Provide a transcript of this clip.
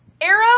Arrow